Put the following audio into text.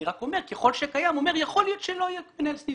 אני רק אומר שככל שקיים אומר שיכול להיות שלא יהיה מנהל סניף.